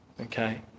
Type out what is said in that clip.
Okay